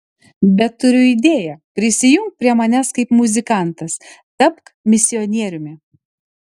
bet turiu idėją prisijunk prie manęs kaip muzikantas tapk misionieriumi